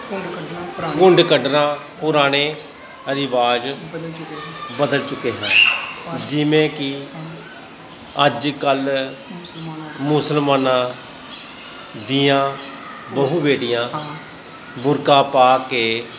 ਘੁੰਡ ਕੱਢਣਾ ਪੁਰਾਣੇ ਰਿਵਾਜ਼ ਬਦਲ ਚੁੱਕੇ ਹੈ ਜਿਵੇਂ ਕਿ ਅੱਜ ਕੱਲ੍ਹ ਮੁਸਲਮਾਨਾਂ ਦੀਆਂ ਬਹੁ ਬੇਟੀਆਂ ਬੁਰਕਾ ਪਾ ਕੇ